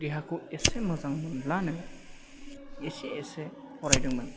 देहाखौ एसे मोजां मोनब्लानो एसे एसे फारायदोंमोन